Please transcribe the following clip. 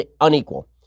unequal